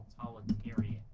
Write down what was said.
Totalitarian